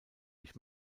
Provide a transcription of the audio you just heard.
ich